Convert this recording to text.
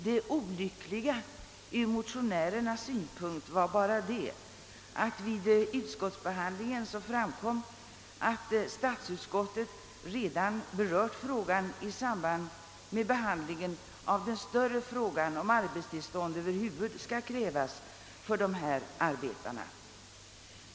Det olyckliga ur motionärernas synpunkt var bara att det vid utskottsbehandlingen framkom att statsutskottet redan behandlat frågan i samband med den större frågan om arbetstillstånd över huvud taget skall krävas för dessa arbetare.